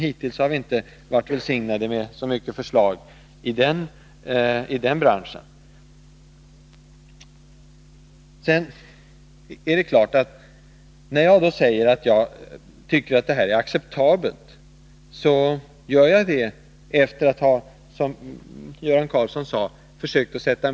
Hittills har vi emellertid inte varit välsignade med så många förslag på det området. När jag säger att jag tycker att detta är en acceptabel besparing har jag givetvis försökt sätta mig in i situationen för dem det gäller.